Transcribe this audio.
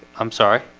i'm sorry